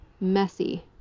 messy